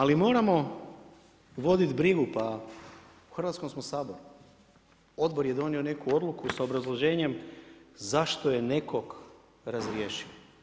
Ali moramo voditi brigu, pa u Hrvatskom smo saboru, odbor je donio neku odluku s obrazloženjem zašto je nekog razriješio.